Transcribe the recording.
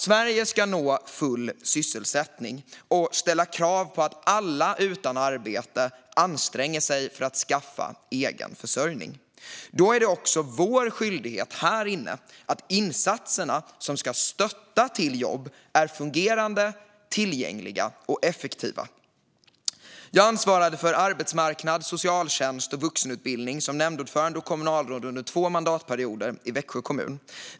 Sverige ska nå full sysselsättning och ställa krav på att alla utan arbete anstränger sig för att skaffa egen försörjning. Då är det också en skyldighet för oss här inne att se till att insatserna som ska stötta och leda till jobb är fungerande, tillgängliga och effektiva. Jag ansvarade för arbetsmarknad, socialtjänst och vuxenutbildning som nämndordförande och kommunalråd under två mandatperioder i Växjö kommun.